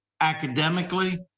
academically